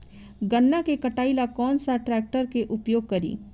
गन्ना के कटाई ला कौन सा ट्रैकटर के उपयोग करी?